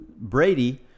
Brady